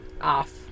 off